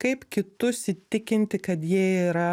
kaip kitus įtikinti kad jie yra